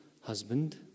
husband